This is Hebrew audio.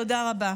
תודה רבה.